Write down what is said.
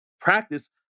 practice